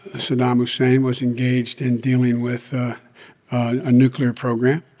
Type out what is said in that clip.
ah saddam hussein was engaged in dealing with a nuclear program.